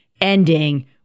ending